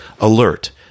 alert